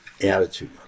attitude